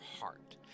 heart